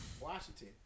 Washington